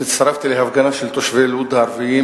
הצטרפתי להפגנה של תושבי לוד הערבים